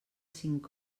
cinc